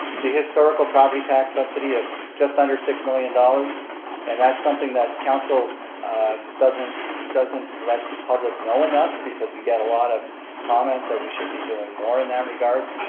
the historical property tax subsidy of just under six million dollars and that's something that council doesn't doesn't let the public know enough because we get a lot of comments that we should be doing more in that regards,